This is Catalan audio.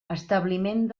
establiment